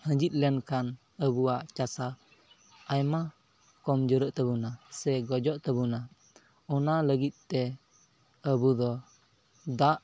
ᱦᱤᱸᱡᱤᱫ ᱞᱮᱱᱠᱷᱟᱱ ᱟᱵᱚᱣᱟᱜ ᱪᱟᱥᱟ ᱟᱭᱢᱟ ᱠᱚᱢ ᱡᱳᱨᱳᱜ ᱛᱟᱵᱚᱱᱟ ᱥᱮ ᱜᱩᱡᱩᱜ ᱛᱟᱵᱚᱱᱟ ᱚᱱᱟ ᱞᱟᱹᱜᱤᱫ ᱛᱮ ᱟᱵᱚ ᱫᱚ ᱫᱟᱜ